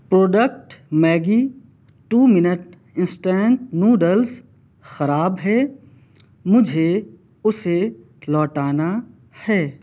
product Maggi two minute instant noodles خراب ہے مجھے اسے لوٹانا ہے